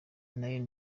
nayo